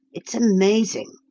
it's amazing,